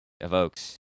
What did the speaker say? evokes